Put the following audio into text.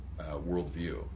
worldview